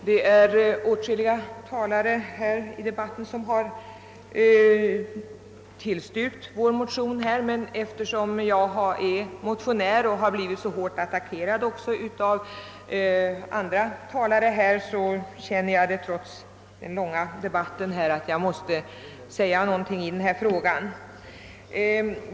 Herr talman! Åtskilliga talare i debatten har tillstyrkt vår motion, men eftersom jag är motionär och blivit så hårt attackerad av andra talare tycker jag att jag måste säga någonting i frågan trots att debatten dragit ut på tiden.